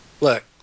Look